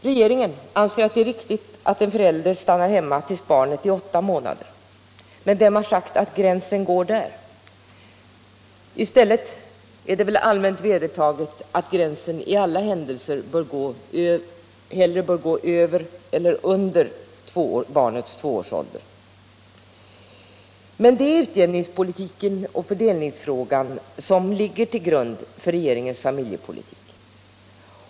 Regeringen anser att det är riktigt att en förälder stannar hemma tills barnet är åtta månader. Men vem har sagt att gränsen går där? I stället är det väl allmänt vedertaget att gränsen i alla händelser hellre bör gå över än under barnets tvåårsålder. Allmänpolitisk debatt Allmänpolitisk debatt Men det är tanken på utjämning och fördelning som ligger till grund för regeringens familjepolitik.